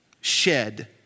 shed